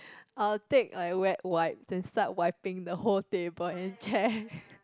I'll take like wet wipes then start wiping the whole table and chair